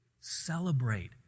Celebrate